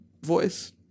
voice